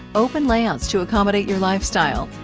open layouts to accommodate your lifestyle,